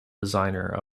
designer